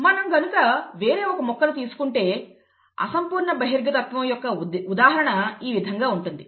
మనం గనుక వేరే ఒక మొక్కను తీసుకుంటే అసంపూర్ణ బహిర్గతత్వం యొక్క ఉదాహరణ ఈ విధంగా ఉంటుంది